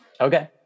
Okay